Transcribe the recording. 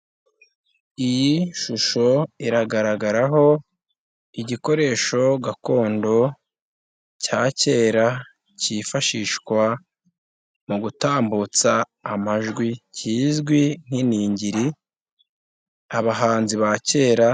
Iyi shusho iragaragaraho igikoresho gakondo cya kera. Kifashishwa mu gutambutsa amajwi. Kizwi nk'iningiri abahanzi ba kera...